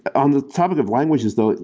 on the topic of languages though,